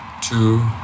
two